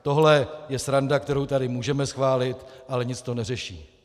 Tohle je sranda, kterou tady můžeme schválit, ale nic to neřeší.